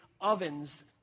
ovens